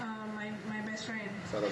err my my best friend